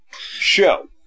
show